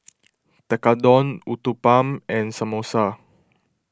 Tekkadon Uthapam and Samosa